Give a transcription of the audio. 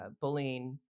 bullying